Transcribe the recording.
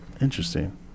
Interesting